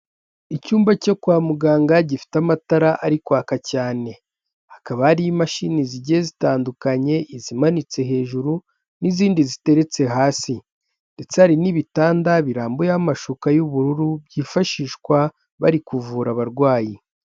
Icyumba cyo kwa muganga gifite amatara ari kwaka cyane, hakaba hari imashini zigiye zitandukanye izimanitse hejuru n'izindi ziteretse hasi, ndetse hari n'ibitanda birambuyeho amashuka y'ubururu byifashishwa bari kuvura abarwayi.